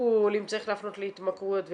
טיפול אם צריך להפנות להתמכרויות וכאלה.